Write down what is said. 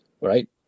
right